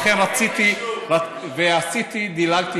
ולכן דילגתי,